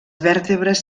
vèrtebres